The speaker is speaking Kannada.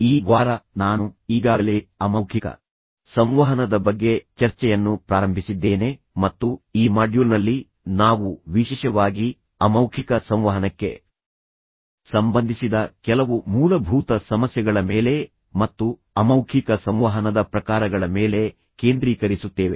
ಈ ವಾರ ನಾನು ಈಗಾಗಲೇ ಅಮೌಖಿಕ ಸಂವಹನದ ಬಗ್ಗೆ ಚರ್ಚೆಯನ್ನು ಪ್ರಾರಂಭಿಸಿದ್ದೇನೆ ಮತ್ತು ಈ ಮಾಡ್ಯೂಲ್ನಲ್ಲಿ ನಾವು ವಿಶೇಷವಾಗಿ ಅಮೌಖಿಕ ಸಂವಹನಕ್ಕೆ ಸಂಬಂಧಿಸಿದ ಕೆಲವು ಮೂಲಭೂತ ಸಮಸ್ಯೆಗಳ ಮೇಲೆ ಮತ್ತು ಅಮೌಖಿಕ ಸಂವಹನದ ಪ್ರಕಾರಗಳ ಮೇಲೆ ಕೇಂದ್ರೀಕರಿಸುತ್ತೇವೆ